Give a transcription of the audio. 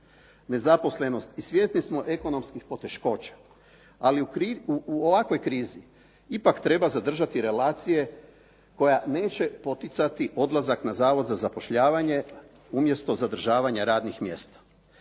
nezaposlenost i svjesni smo ekonomskih poteškoća, ali u ovakvoj krizi ipak treba zadržati relacije koja neće poticati odlazak na zavod za zapošljavanje umjesto zadržavanja radnih mjesta.